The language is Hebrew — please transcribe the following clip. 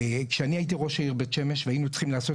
כשאני הייתי ראש העיר בית שמש והיינו צריכים לעשות